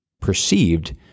perceived